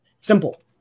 Simple